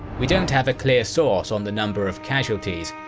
we don't have a clear source on the number of casualties,